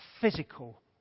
physical